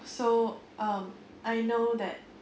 so um I know that